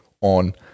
on